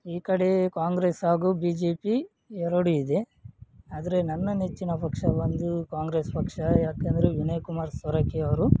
ಈ ಕಡೆ ಕಾಂಗ್ರೆಸ್ ಹಾಗೂ ಬಿ ಜೆ ಪಿ ಎರಡೂ ಇದೆ ಆದರೆ ನನ್ನ ನೆಚ್ಚಿನ ಪಕ್ಷ ಬಂದು ಕಾಂಗ್ರೆಸ್ ಪಕ್ಷ ಏಕಂದ್ರೆ ವಿನಯ್ ಕುಮಾರ್ ಸೊರಕೆ ಅವರು